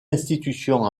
institution